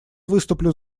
выступлю